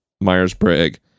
Myers-Briggs